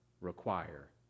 require